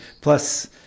plus